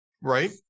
right